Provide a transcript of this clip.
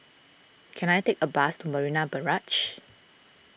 can I take a bus to Marina Barrage